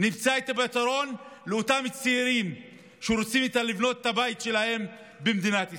נמצא את הפתרון לאותם צעירים שרוצים לבנות את הבית שלהם במדינת ישראל.